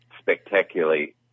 spectacularly